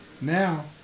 Now